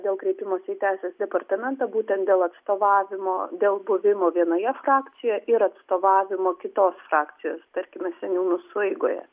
dėl kreipimosi į teisės departamentą būtent dėl atstovavimo dėl buvimo vienoje frakcijoje ir atstovavimo kitos frakcijos tarkime seniūnų sueigoje